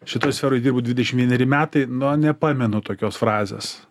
šitoj sferoj dirbu dvidešim vieneri metai nu nepamenu tokios frazės